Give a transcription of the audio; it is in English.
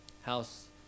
house